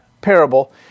parable